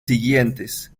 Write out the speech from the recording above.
siguientes